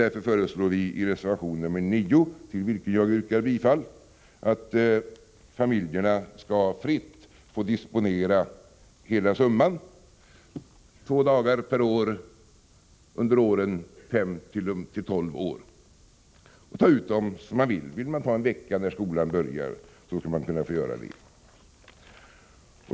Därför föreslår vi i reservation nr 9, till vilken jag yrkar bifall, att familjerna skall fritt få disponera hela antalet dagar, två dagar per år, under de år när barnen är mellan fyra och tolv år och ta ut dem som de vill. Om en familj vill ta en vecka när barnet börjar skolan skall man få göra det.